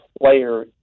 player